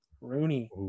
Rooney